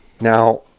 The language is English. Now